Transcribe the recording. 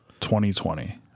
2020